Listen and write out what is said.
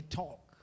talk